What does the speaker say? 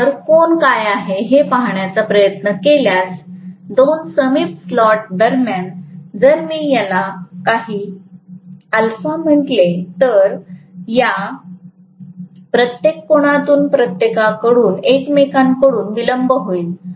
तर कोन काय आहे हे पाहण्याचा प्रयत्न केल्यास दोन समीप स्लॉट्स दरम्यान जर मी याला काही α म्हटले तर या प्रत्येक कोनातून एकमेकांकडून विलंब होईल